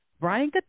Brian